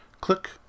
Click